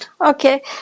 Okay